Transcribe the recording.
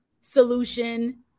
solution